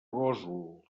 gósol